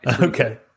okay